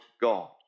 God